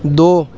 دو